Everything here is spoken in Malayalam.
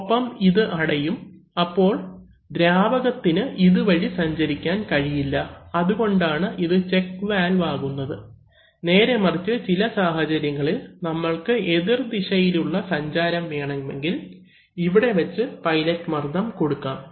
ഒപ്പം ഇത് അടയും അപ്പോൾ ദ്രാവകത്തിന് ഇതുവഴി സഞ്ചരിക്കാൻ കഴിയില്ല അതുകൊണ്ടാണ് ഇത് ചെക്ക് വാൽവ് ആകുന്നത് നേരെമറിച്ച് ചില സാഹചര്യങ്ങളിൽ നമ്മൾക്ക് എതിർദിശയിൽ ഉള്ള സഞ്ചാരം വേണമെങ്കിൽ ഇവിടെവച്ച് പൈലറ്റ് മർദ്ദം കൊടുക്കാം